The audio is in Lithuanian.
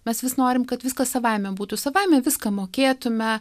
mes vis norim kad viskas savaime būtų savaime viską mokėtume